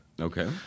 Okay